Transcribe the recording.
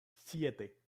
siete